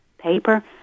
paper